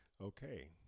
Okay